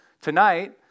tonight